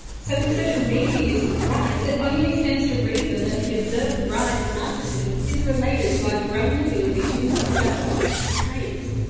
so with social media use on the rise, it only stands to reason that the observed rise in narcissism is related to our growing ability to indulge our ah narcissistic traits.